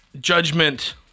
judgment